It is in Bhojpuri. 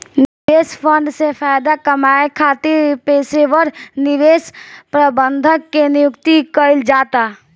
निवेश फंड से फायदा कामये खातिर पेशेवर निवेश प्रबंधक के नियुक्ति कईल जाता